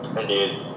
Indeed